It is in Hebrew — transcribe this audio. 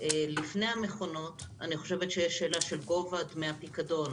לפני המכונות יש שאלה של גובה דמי הפיקדון